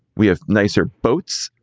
we have nicer boats.